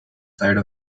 side